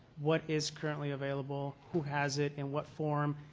what is currently available, who has it, in what form,